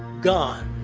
gone!